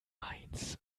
mainz